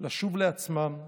לשוב לעצמם,